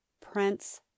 Prince